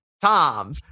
tom